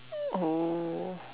oh